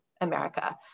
America